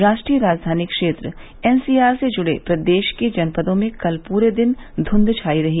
राष्ट्रीय राजधानी क्षेत्र एनसीआर से जुड़े प्रदेश के जनपदों में कल पूरे दिन ध्यंध छायी रही